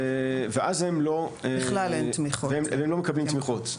ואז הם לא מקבלים תמיכות.